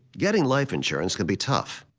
getting life insurance can be tough.